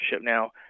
Now